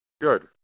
Good